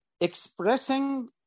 expressing